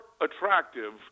attractive